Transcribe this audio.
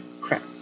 Crap